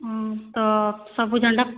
ତ ସବୁ ଝଣ୍ଡା